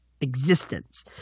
existence